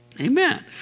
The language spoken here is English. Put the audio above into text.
Amen